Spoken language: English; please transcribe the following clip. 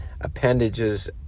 appendages